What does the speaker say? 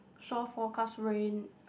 shore forecast rain